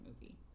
movie